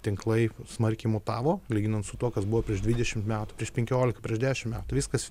tinklai smarkiai mutavo lyginant su tuo kas buvo prieš dvidešimt metų prieš penkiolika prieš dešimt metų viskas